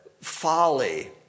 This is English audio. folly